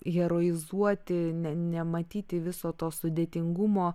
heroizuoti ne nematyti viso to sudėtingumo